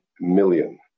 million